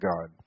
God